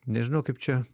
nežinau kaip čia